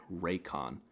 Raycon